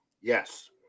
yes